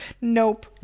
Nope